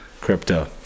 crypto